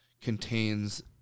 contains